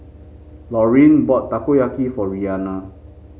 Lauryn bought Takoyaki for Rianna